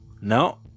No